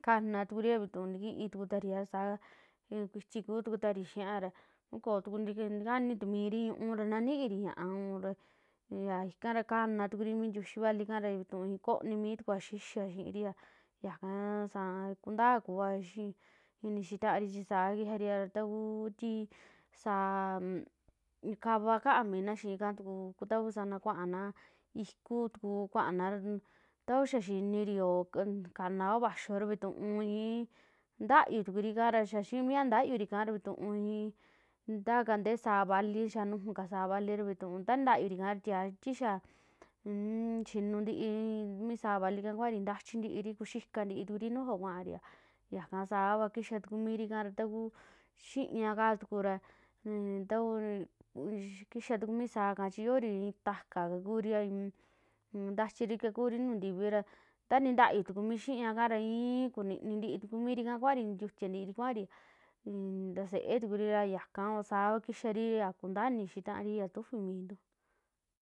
Kanatukuri ra vituu ntikii tukutaria saa kuitii kutukutarii xiaa ra, nuuj kootu ntakani ta mirii ñu'u ra ntaniiri ña'a ya ikara kanari mi ntiuxii vali ika vituu konik mia xixia xiiriaa yaka saana kuntaa kuvaa ini xii tari chi saa kixari a taku ti sa'a yu'u kava kaa minaa xii ika tuku ta kuu sanaa kuaana ikuu tuku kuana ta kuu xaa xinirio kanaoo vaxio vituu ii ntayuu tukuriika xii mia ntayuriika vituu ntakaa ntee sa'a vali, yaa nuju kaa sa'a vali taa nitayuri ika ta tia- tixaa sinuu ntii mi sa'a vali ika kuaari ntaxii ntiri kuxitukari nujuo kuaari yakaa saava kixaa tuku mirii ika ra tu kuu xi'iña kaa tukura nem takuu kixaa tuku mi sa'a ika yoori ii taka kakuriaa ntachiri kakuri nuju ntivi ra taa nintayuu mi xi'iña ikunini ntii tuku miriika kuaari nitiutia ntiiri kuaari mtaseetukuri a yakaa kixaari ya kunta iini xii taari ya tufii minntu.